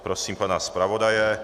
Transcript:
Prosím pana zpravodaje.